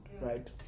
right